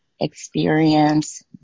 experience